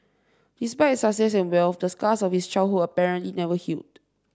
despite success and wealth the scars of his childhood apparently never healed